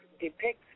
depicts